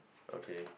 okay